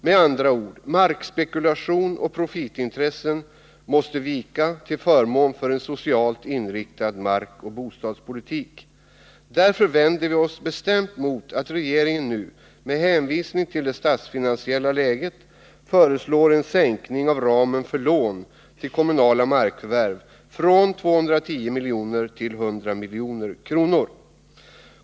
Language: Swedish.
Med andra ord: markspekulation och profitintressen måste vika till förmån för en socialt inriktad markoch bostadspolitik. Därför vänder vi oss bestämt mot att regeringen nu, med hänvisning till det statsfinansiella läget, föreslår en minskning av ramen för lån till kommunala markförvärv från 210 till 100 milj.kr.